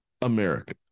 America